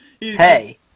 hey